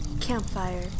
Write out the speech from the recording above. Campfire